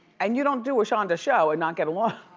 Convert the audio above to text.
and you don't do a shonda show and not get along,